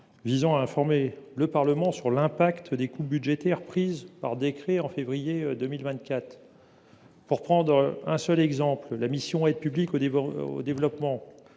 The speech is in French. visant à informer le Parlement sur l’impact des coupes budgétaires prises par décret en février 2024. Pour prendre un seul exemple, la mission « Aide publique au développement